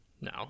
No